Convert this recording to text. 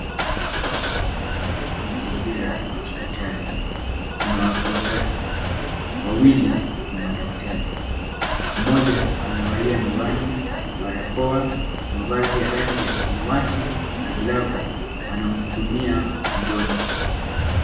Hapa ni katika mazingira ya hospitali. Kuna watu watatu, wawili ni madaktari. Mmoja amevalia miwani, barakoa, mavazi ya rangi ya samawati na glavu anamhudumia mgonjwa.